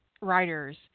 writers